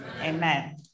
Amen